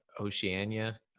Oceania